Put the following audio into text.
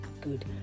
Good